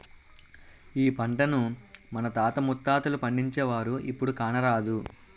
ఈ పంటను మన తాత ముత్తాతలు పండించేవారు, ఇప్పుడు కానరాదు